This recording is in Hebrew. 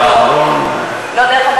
לא, בדרך כלל האחרון, לא, דרך אגב,